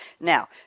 Now